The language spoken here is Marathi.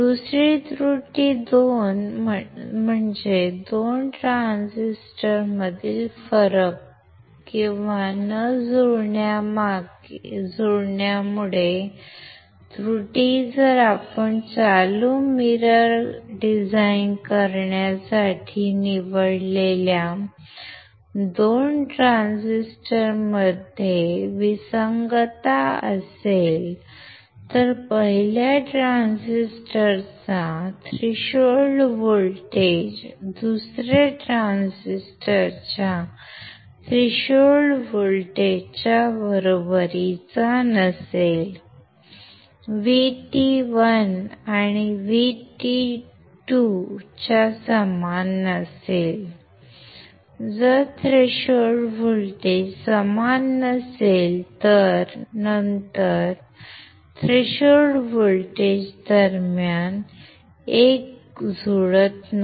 दुसरी त्रुटी म्हणजे 2 ट्रान्झिस्टरमधील फरक किंवा न जुळण्यामुळे त्रुटीजर आपण चालू मिरर डिझाइन करण्यासाठी निवडलेल्या 2 ट्रान्झिस्टरमध्ये विसंगतता असेल तर पहिल्या ट्रान्झिस्टरचा थ्रेशोल्ड व्होल्टेज दुसऱ्या ट्रान्झिस्टरच्या थ्रेशोल्ड व्होल्टेजच्या बरोबरीचा नसेल VT1 VT2 च्या समान नसेल जर थ्रेशोल्ड व्होल्टेज समान नसेल तर नंतर थ्रेशोल्ड व्होल्टेज दरम्यान एक जुळत नाही